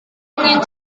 angin